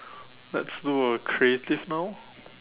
let's do a creative now